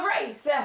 race